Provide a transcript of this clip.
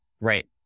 right